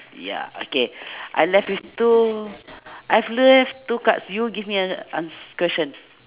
ya okay I left with two I've left two cards you give me ano~ ans~ question